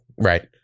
right